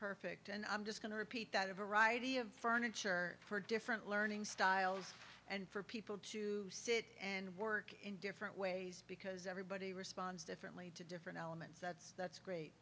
perfect and i'm just going to repeat that a variety of furniture for different learning styles and for people to sit and work in different ways because everybody responds differently to different elements that's that's great